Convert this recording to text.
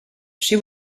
she